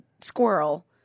squirrel